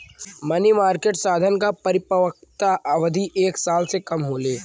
मनी market साधन क परिपक्वता अवधि एक साल से कम होले